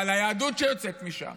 אבל היהדות שיוצאת משם